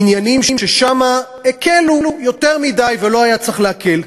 עניינים ששם הקלו יותר מדי ולא היה צריך להקל.